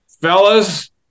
Fellas